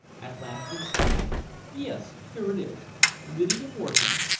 at last exclaiming yes, here it is lydia moreton,